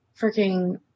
freaking